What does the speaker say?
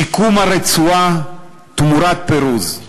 שיקום הרצועה תמורת פירוז.